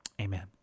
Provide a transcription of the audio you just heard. Amen